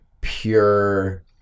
pure